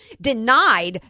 denied